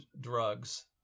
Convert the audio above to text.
drugs